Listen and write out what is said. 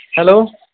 hello